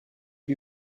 lui